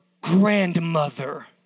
grandmother